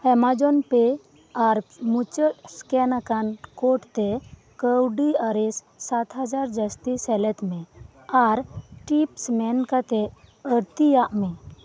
Amazon pay ᱟᱨ ᱢᱩᱪᱟᱹᱫ scan ᱟᱠᱟᱱ ᱠᱳᱰ ᱛᱮ ᱠᱟᱹᱣᱰᱤ ᱟᱨᱮᱥ ᱥᱟᱛ ᱦᱟᱡᱟᱨ ᱡᱟᱹᱥᱛᱤ ᱥᱮᱞᱮᱫ ᱢᱮ ᱟᱨ ᱴᱤᱯᱥ ᱢᱮᱱ ᱠᱟᱛᱮᱫ ᱟᱹᱲᱛᱤᱭᱟᱜ ᱢᱮ